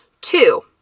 Two